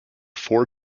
four